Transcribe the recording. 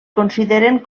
consideren